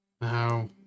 No